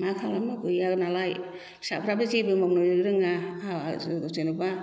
मा खालामनो गैया नालाय फिसाफ्राबो जेबो मावनो रोङा जेनेबा